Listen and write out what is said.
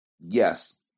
Yes